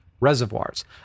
reservoirs